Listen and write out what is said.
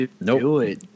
Nope